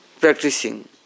practicing